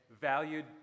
valued